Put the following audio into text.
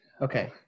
Okay